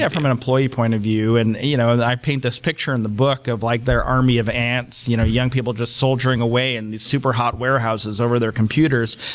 yeah from an employee point of view. and you know i paint this picture in the book of like their army of ants, you know young people just soldiering away in this superhot warehouses over their computers.